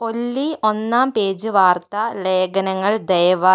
ഒല്ലി ഒന്നാം പേജ് വാർത്താ ലേഖനങ്ങൾ ദയവായി